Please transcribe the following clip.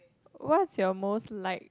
what's your most liked